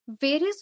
Various